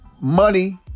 money